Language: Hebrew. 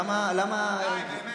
למה, די, באמת.